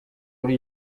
uri